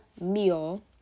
meal